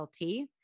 LT